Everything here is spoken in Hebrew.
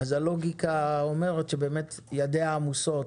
אז הלוגיקה אומרת שידיה עמוסות